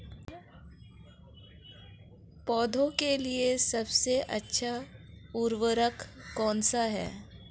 पौधों के लिए सबसे अच्छा उर्वरक कौनसा हैं?